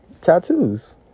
tattoos